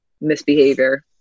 misbehavior